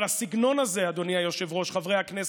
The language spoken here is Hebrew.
אבל הסגנון הזה, אדוני היושב-ראש, חברי הכנסת,